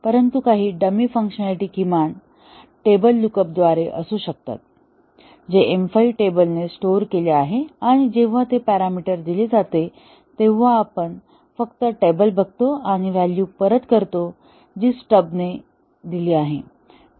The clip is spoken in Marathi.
परंतु काही डमी फंकशनॅलिटी किमान टेबल लुक अप द्वारे असू शकतात जे M5 टेबल ने स्टोअर केले आहे आणि जेव्हा ते पॅरामीटर दिले जाते तेव्हा आपण फक्त टेबल बघतो आणि ती व्हॅलू परत करतो जी स्टब ने दिली आहे